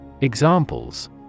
Examples